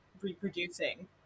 reproducing